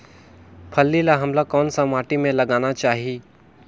फल्ली ल हमला कौन सा माटी मे लगाना चाही?